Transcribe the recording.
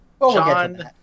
John